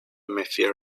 mafia